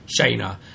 Shayna